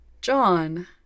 john